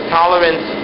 tolerance